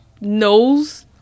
knows